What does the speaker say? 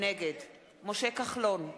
נגד משה כחלון,